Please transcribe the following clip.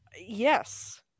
Yes